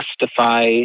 justify